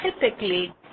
typically